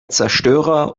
zerstörer